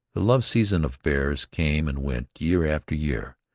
the love-season of bears came and went year after year,